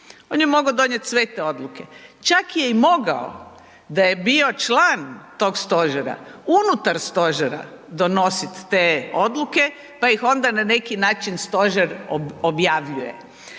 On je mogao donijeti sve te odluke čak je i mogao da je bio član tog stožera unutar stožera donosit te odluke pa ih onda na neki način stožer objavljuje.